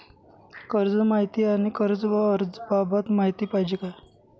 कर्ज माहिती आणि कर्ज अर्ज बाबत माहिती पाहिजे आहे